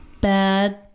bad